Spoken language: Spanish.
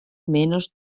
menos